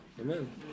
Amen